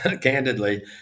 candidly